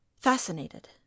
fascinated